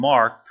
Mark